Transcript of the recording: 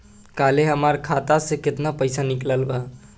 काल्हे हमार खाता से केतना पैसा निकलल बा?